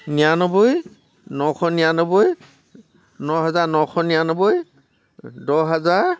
নিয়ান্নবৈ নশ নিৰান্নব্বৈ ন হেজাৰ নশ নিৰান্নব্বৈ দহ হেজাৰ